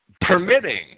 permitting